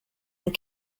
and